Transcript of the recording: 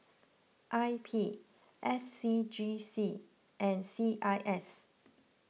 I P S C G C and C I S